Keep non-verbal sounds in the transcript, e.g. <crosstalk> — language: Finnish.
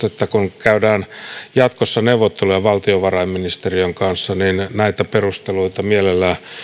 <unintelligible> että kun käydään jatkossa neuvotteluja valtiovarainministeriön kanssa niin näitä perusteluita mielellään